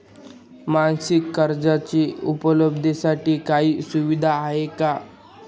मासिक कर्जाच्या उपलब्धतेसाठी काही सुविधा आहे का?